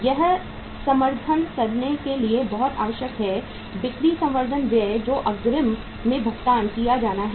यह समर्थन करने के लिए बहुत आवश्यक है बिक्री संवर्धन व्यय जो अग्रिम में भुगतान किया जाना है